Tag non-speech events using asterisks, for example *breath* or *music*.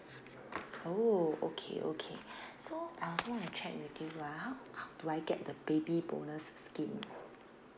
oh okay okay *breath* so I also wanna check with you ah how how do I get the baby bonus scheme